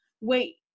wait